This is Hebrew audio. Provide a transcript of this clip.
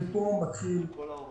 מפה מתחיל סוג של בעיה.